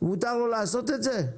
מותר לו לעשות את זה?